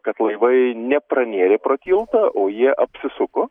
kad laivai ne pranėrė pro tiltą o jie apsisuko